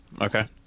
Okay